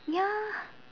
ya